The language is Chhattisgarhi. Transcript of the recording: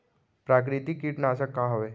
प्राकृतिक कीटनाशक का हवे?